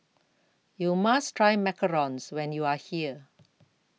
YOU must Try Macarons when YOU Are here